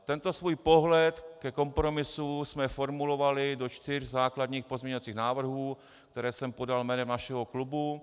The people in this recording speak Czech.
Tento svůj pohled ke kompromisu jsme formulovali do čtyř základních pozměňovacích návrhů, které jsem podal jménem našeho klubu.